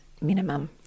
minimum